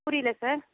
புரியல சார்